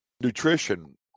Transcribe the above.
nutrition